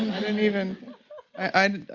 i don't even i,